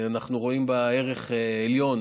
אנחנו רואים בה ערך עליון,